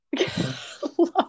Love